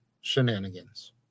shenanigans